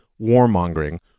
warmongering